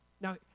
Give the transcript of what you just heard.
Now